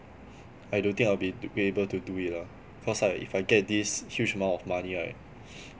I don't think I'll be ~ be able to do it lah because ah if I get this huge amount of money right